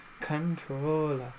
Controller